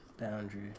boundary